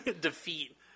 defeat